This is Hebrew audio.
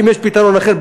אם יש פתרון אחר,